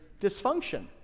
dysfunction